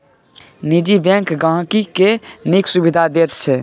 निजी बैंक गांहिकी केँ नीक सुबिधा दैत छै